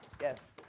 yes